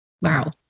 Wow